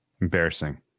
Embarrassing